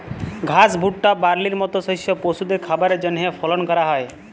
ঘাস, ভুট্টা, বার্লির মত শস্য পশুদের খাবারের জন্হে ফলল ক্যরা হ্যয়